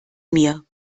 mir